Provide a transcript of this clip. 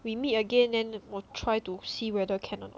we meet again and 我 try to see whether can or not